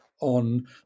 on